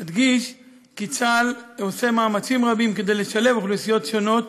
אדגיש כי צה"ל עושה מאמצים רבים לשלב אוכלוסיות שונות,